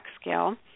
scale